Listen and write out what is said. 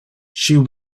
she